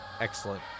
Excellent